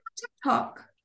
TikTok